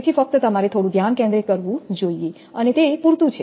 તેથી ફક્ત તમારે થોડું ધ્યાન કેન્દ્રિત કરવું જોઈએ અને તે પૂરતું જ છે